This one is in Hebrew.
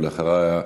ואחריה,